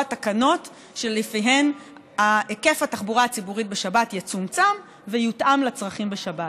תקנות שלפיהן היקף התחבורה הציבורית בשבת יצומצם ויותאם לצרכים בשבת.